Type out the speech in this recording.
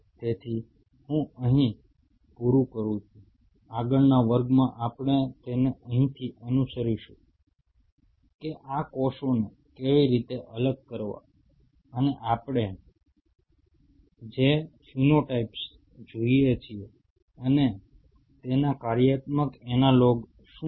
તેથી હું અહીં પૂરું કરું છું આગળના વર્ગમાં આપણે તેને અહીંથી અનુસરીશું કે આ કોષોને કેવી રીતે અલગ કરવા અને આપણે જે ફિનોટાઇપ્સ જોઈએ છીએ અને તેના કાર્યાત્મક એનાલોગ શું છે